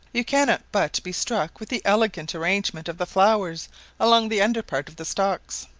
you cannot but be struck with the elegant arrangement of the flowers along the under part of the stalks.